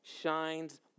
shines